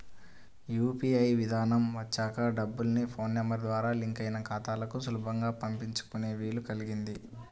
UPI విధానం వచ్చాక డబ్బుల్ని ఫోన్ నెంబర్ ద్వారా లింక్ అయిన ఖాతాలకు సులభంగా పంపించుకునే వీలు కల్గింది